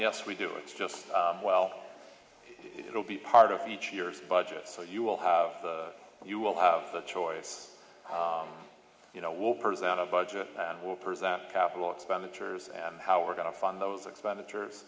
yes we do it's just well it will be part of each year's budget so you will have you will have a choice you know we'll present a budget and we'll present capital expenditures and how we're going to fund those expenditures